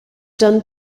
done